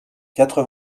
quatre